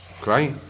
great